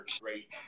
great